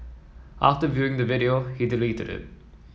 after viewing the video he deleted it